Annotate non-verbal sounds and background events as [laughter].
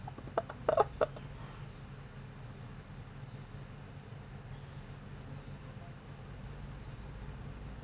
[laughs]